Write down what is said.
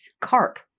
carp